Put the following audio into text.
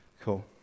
Cool